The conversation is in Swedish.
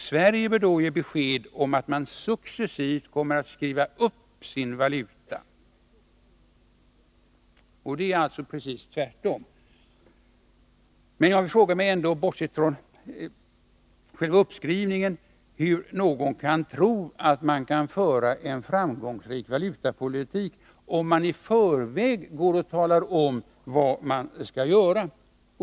Sverige bör då ge besked om att man successivt kommer att skriva upp sin valuta.” Det är alltså precis tvärtom mot vad man har gjort. Men bortsett från talet om uppskrivningen av valutan frågar jag mig ändå: Hur kan någon tro att man kan föra en framgångsrik valutapolitik, om man i förväg talar om vad man skall göra?